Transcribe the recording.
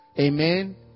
Amen